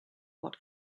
what